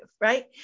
right